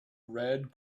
red